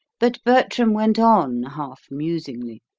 but bertram went on half-musingly.